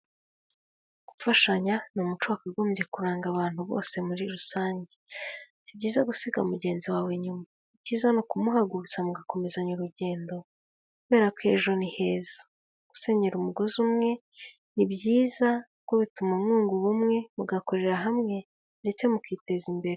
Gufashanya ni umuco wakagombye kuranga abantu bose muri rusange, si byiza gusiga mugenzi wawe inyuma, icyiza ni ukumuhagurutsa mugakomezanya urugendo kubera ko ejo ni heza, gusenyera umugozi umwe ni byiza kuko bituma mwunga ubumwe, mugakorera hamwe ndetse mukiteza imbere.